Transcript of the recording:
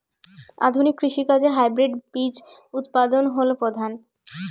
আধুনিক কৃষি কাজে হাইব্রিড বীজ উৎপাদন হল প্রধান